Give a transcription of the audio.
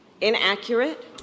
inaccurate